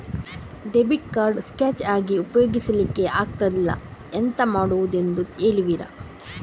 Debit card scratch ಆಗಿ ಉಪಯೋಗಿಸಲ್ಲಿಕ್ಕೆ ಆಗ್ತಿಲ್ಲ, ಎಂತ ಮಾಡುದೆಂದು ಹೇಳುವಿರಾ?